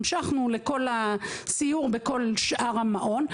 המשכנו לכל הסיור בכל שאר המעון,